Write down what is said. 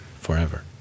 forever